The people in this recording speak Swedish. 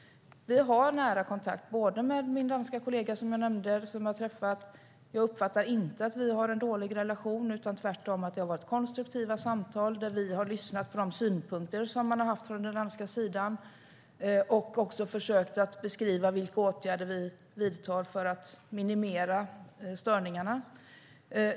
Vi har nära kontakt med min danska kollega, som jag nämnde, som jag har träffat. Jag uppfattar inte att vi har en dålig relation - tvärtom. Det har varit konstruktiva samtal där vi har lyssnat på de synpunkter som man har haft från den danska sidan. Vi har också försökt beskriva vilka åtgärder vi vidtar för att minimera störningarna.